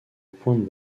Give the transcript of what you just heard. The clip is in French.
point